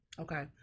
okay